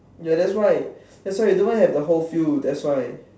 ya that's why that's why we don't even have the whole field that's why